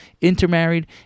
intermarried